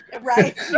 right